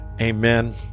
amen